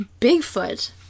Bigfoot